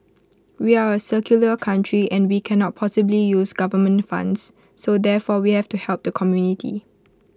we are A secular country and we cannot possibly use government funds so therefore we have to help the community